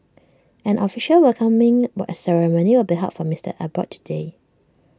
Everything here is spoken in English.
an official welcoming but ceremony will be held for Mister Abbott today